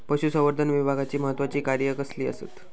पशुसंवर्धन विभागाची महत्त्वाची कार्या कसली आसत?